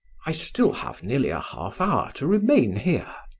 i still have nearly a half-hour to remain here.